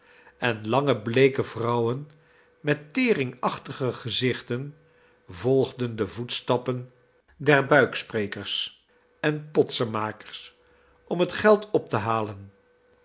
en lange bleeke vrouwen met teringachtige gezichten volgden de voetstappen der buiksprekers en potsenmakers om het geld op te halen